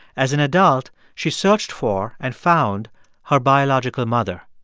as an adult, she searched for and found her biological mother.